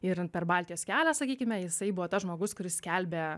ir per baltijos kelią sakykime jisai buvo tas žmogus kuris skelbė